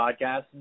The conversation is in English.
podcast